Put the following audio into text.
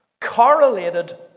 correlated